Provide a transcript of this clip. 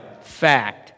Fact